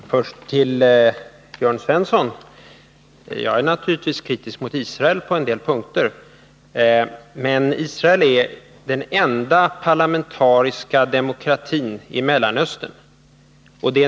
Fru talman! Jag vill först rikta mig till Jörn Svensson. Jag är naturligtvis kritisk mot Israel på en del punkter, men Israel är den enda parlamentariska demokratin i Mellanöstern.